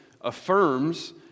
affirms